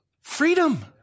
Freedom